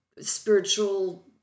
spiritual